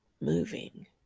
moving